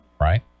right